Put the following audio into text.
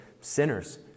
sinners